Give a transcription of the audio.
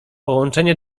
połączenie